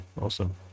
awesome